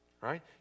Right